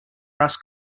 brass